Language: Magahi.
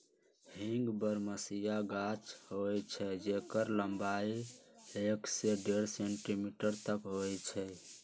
हींग बरहमसिया गाछ होइ छइ जेकर लम्बाई एक से डेढ़ सेंटीमीटर तक होइ छइ